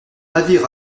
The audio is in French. navire